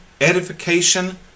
edification